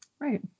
right